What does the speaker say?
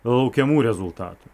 laukiamų rezultatų